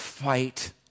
Fight